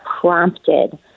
prompted